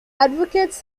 advocates